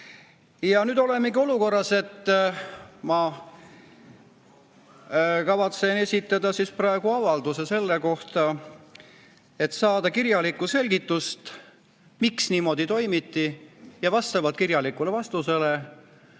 nüüd olemegi olukorras, et ma kavatsen esitada praegu avalduse selle kohta, et saada kirjalikku selgitust, miks niimoodi toimiti. Ja vastavalt kirjalikule vastusele